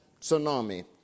tsunami